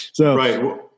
Right